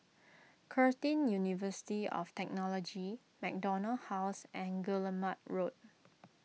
Curtin University of Technology MacDonald House and Guillemard Road